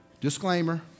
Disclaimer